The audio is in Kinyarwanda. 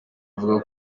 avuga